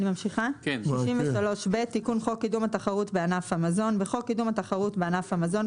תיקון חוק קידום התחרות בענף המזון 63ב. בחוק קידום התחרות בענף המזון,